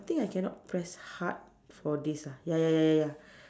I think I cannot press hard for this ah ya ya ya ya ya